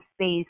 space